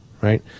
Right